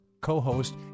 co-host